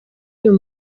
uyu